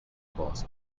boss